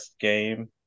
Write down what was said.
game